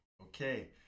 Okay